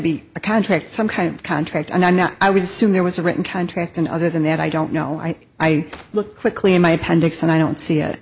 be a contract some kind of contract and i know i would assume there was a written contract and other than that i don't know i think i look quickly in my appendix and i don't see